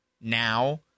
now